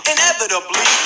Inevitably